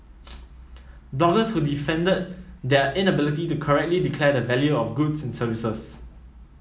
bloggers who defended their inability to correctly declare the value of goods and services